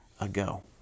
ago